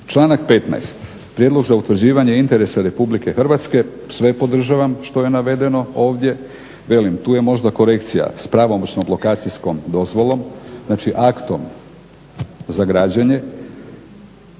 članak 15., Prijedlog za utvrđivanje interesa RH, sve podržavam što je navedeno ovdje. Velim, tu je možda korekcija s pravomoćnom lokacijskom dozvolom, znači aktom za građenje.